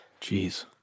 Jeez